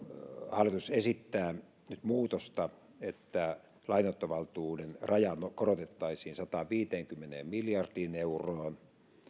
hallitus esittää nyt muutosta että lainanottovaltuuden raja korotettaisiin sataanviiteenkymmeneen miljardiin euroon